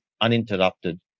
uninterrupted